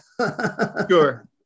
sure